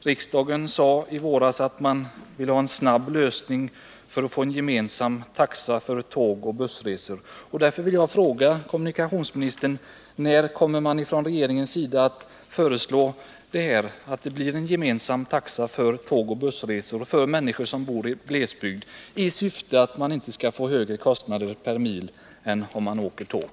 Riksdagen sade i våras att man ville ha en snar lösning för att få en gemensam taxa för tågoch bussresor. Därför vill jag fråga kommunikationsministern: När kommer man från regeringens sida att föreslå att det blir en gemensam taxa för tågoch bussresor för att människor som bor i glesbygd inte skall få högre kostnader per mil genom bussresor än de har som åker tåg?